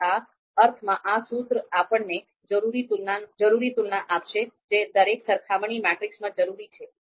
તેથી આ અર્થમાં આ સૂત્ર આપણને જરૂરી તુલના આપશે જે દરેક સરખામણી મેટ્રિક્સમાં જરૂરી છે